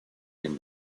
den